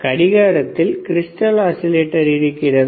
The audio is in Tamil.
கடிகாரத்தில் கிரிஸ்டல் ஆஸிலேட்டர் இருக்கிறதா